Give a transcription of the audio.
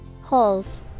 Holes